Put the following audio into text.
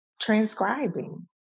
transcribing